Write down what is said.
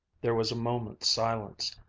there was a moment's silence,